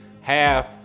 half